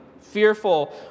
fearful